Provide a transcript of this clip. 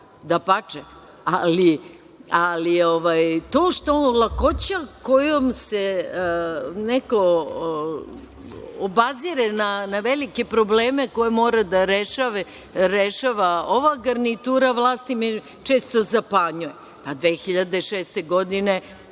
dapače, ali to što lakoća kojom se neko obazire na velike probleme koje mora da rešava ova garnitura vlasti mene često zapanjuje. Godine